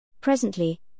Presently